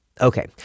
Okay